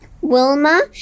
Wilma